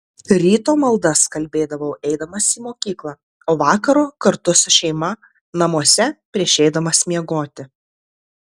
ryto maldas kalbėdavau eidamas į mokyklą o vakaro kartu su šeima namuose prieš eidamas miegoti